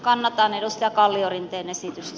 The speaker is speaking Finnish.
kannatan edustaja kalliorinteen esitystä